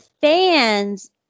fans